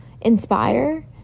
inspire